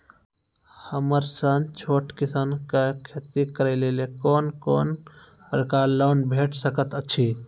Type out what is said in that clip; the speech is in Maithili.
हमर सन छोट किसान कअ खेती करै लेली लेल कून कून प्रकारक लोन भेट सकैत अछि?